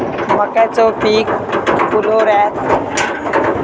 मक्याचो पीक फुलोऱ्यात असताना मी मक्याक कितक्या दिवसात पाणी देऊक शकताव?